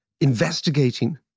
investigating